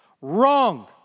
wrong